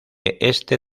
este